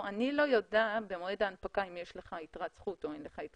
שהן לא יודעות במועד ההנפקה אם יש לו יתרת זכות או אין לו,